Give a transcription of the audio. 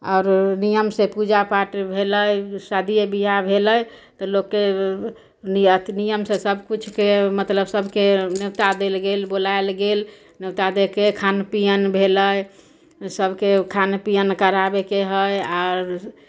आओर नियम से पूजापाठ भेलै शादिये विवाह भेलै तऽ लोककेँ नीयत नियम से सभ किछु के मतलब सभके न्योता देल गेल बुलायल गेल न्योता देके खान पियन भेलै सभके खान पियन कराबैके हइ आर